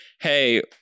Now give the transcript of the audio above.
hey